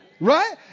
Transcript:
Right